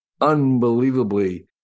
unbelievably